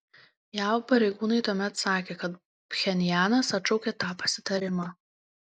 jav pareigūnai tuomet sakė kad pchenjanas atšaukė tą pasitarimą